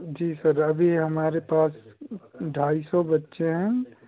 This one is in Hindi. जी सर अभी हमारे पास ढाई सौ बच्चे हैं